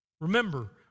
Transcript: Remember